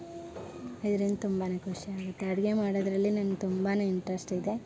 ಇದ್ರಿಂದ ತುಂಬಾ ಖುಷಿ ಆಗುತ್ತೆ ಅಡುಗೆ ಮಾಡೋದ್ರಲ್ಲಿ ನನ್ಗೆ ತುಂಬಾ ಇಂಟ್ರಶ್ಟ್ ಇದೆ